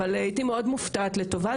אבל הייתי מאוד מופתעת לטובה,